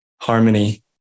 harmony